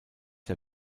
der